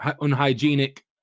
unhygienic